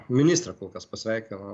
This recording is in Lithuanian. ministrė kol kas pasveikino